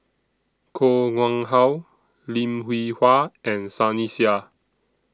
Koh Nguang How Lim Hwee Hua and Sunny Sia